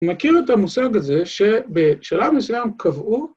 מכיר את המושג הזה שבשלב מסוים קבעו...